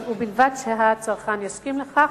ובלבד שהצרכן יסכים לכך.